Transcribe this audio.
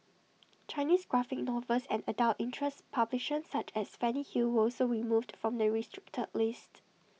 Chinese graphic novels and adult interest publications such as Fanny hill were also removed from the restricted list